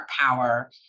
Power